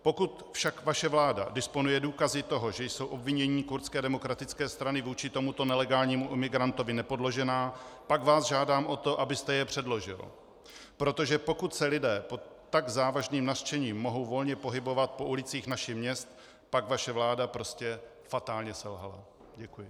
Pokud však vaše vláda disponuje důkazy toho, že jsou obvinění Kurdské demokratické strany vůči tomuto nelegálnímu imigrantovi nepodložená, pak vás žádám o to, abyste je předložil, protože pokud se lidé s tak závažným nařčením mohou volně pohybovat po ulicích našich měst, pak vaše vláda prostě fatálně selhala.